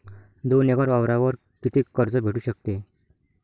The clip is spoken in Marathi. दोन एकर वावरावर कितीक कर्ज भेटू शकते?